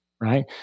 right